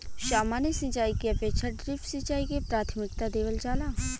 सामान्य सिंचाई के अपेक्षा ड्रिप सिंचाई के प्राथमिकता देवल जाला